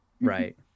right